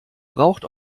braucht